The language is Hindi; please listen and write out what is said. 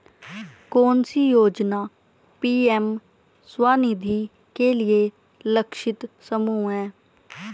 कौन सी योजना पी.एम स्वानिधि के लिए लक्षित समूह है?